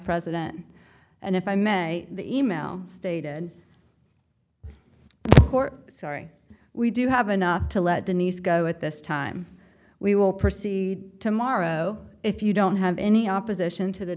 president and if i may the e mail stated sorry we do have enough to let denise go at this time we will proceed tomorrow if you don't have any opposition to the